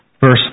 verse